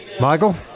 Michael